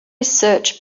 search